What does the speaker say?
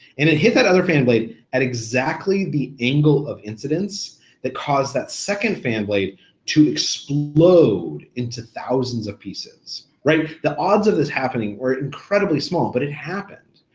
and it hit that other fan blade at exactly the angle of incidence that caused that second fan blade to explode into thousands of pieces, right? the odds of this happening were incredibly small, but it happened.